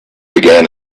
began